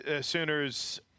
Sooners